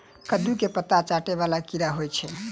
कद्दू केँ पात चाटय वला केँ कीड़ा होइ छै?